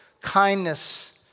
kindness